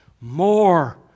more